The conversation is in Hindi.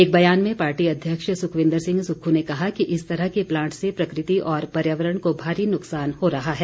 एक बयान में पार्टी अध्यक्ष सुखविन्दर सिंह सुक्खू ने कहा कि इस तरह के प्लांट से प्रकृति और पर्यावरण को भारी नुकसान हो रहा है